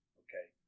okay